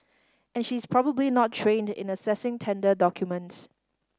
and she is probably not trained in assessing tender documents